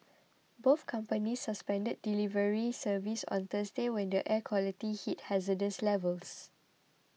both companies suspended delivery service on Thursday when the air quality hit hazardous levels